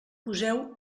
poseu